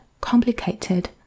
complicated